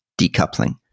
decoupling